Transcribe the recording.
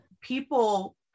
people